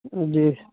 جی